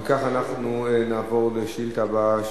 אם כך, אנחנו נעבור לשאילתא הבאה,